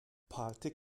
parti